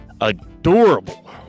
Adorable